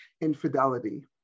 infidelity